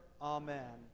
Amen